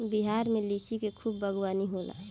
बिहार में लिची के खूब बागवानी होला